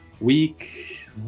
week